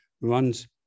runs